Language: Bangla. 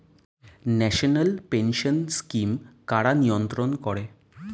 ন্যাশনাল পেনশন স্কিম কারা নিয়ন্ত্রণ করে?